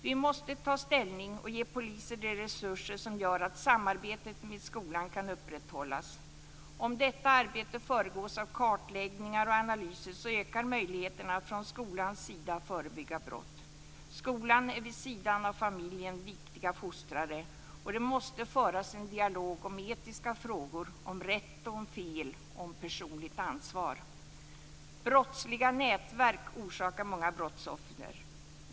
Vi måste ta ställning och ge poliser de resurser som gör att samarbetet med skolan kan upprätthållas. Om detta arbete föregås av kartläggningar och analyser, ökar möjligheterna att från skolans sida förebygga brott. Skolan är vid sidan av familjen viktiga fostrare. Det måste föras en dialog om etiska frågor, om rätt och om fel och om personligt ansvar. Brottsliga nätverk orsakar många brottsoffer.